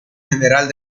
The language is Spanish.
general